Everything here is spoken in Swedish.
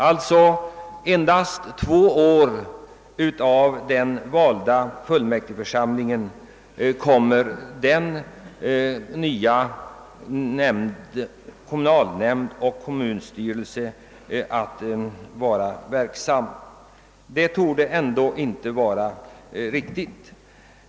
Endast under två år av den valda fullmäktigeförsamlingens mandatperiod kommer den nya kommunalnämnden och kommunalstyrelsen att vara verksam. Detta torde ändå inte vara riktigt.